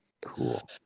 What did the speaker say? Cool